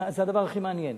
זה הדבר הכי מעניין.